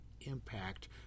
Impact